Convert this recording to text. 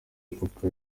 papa